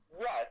yes